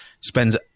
spends